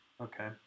okay